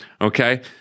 okay